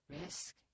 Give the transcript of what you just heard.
risk